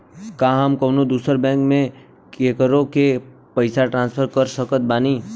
का हम कउनों दूसर बैंक से केकरों के पइसा ट्रांसफर कर सकत बानी?